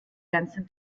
ganzen